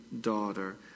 daughter